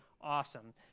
awesome